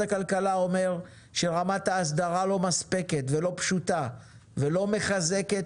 הכלכלה אומר שרמת ההסדרה לא מספקת ולא פשוטה ולא מחזקת